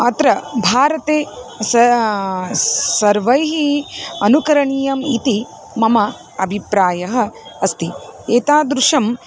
अत्र भारते स सर्वैः अनुकरणीयम् इति मम अभिप्रायः अस्ति एतादृशम्